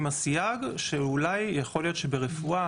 עם הסייג שאולי שיכול להיות ברפואה,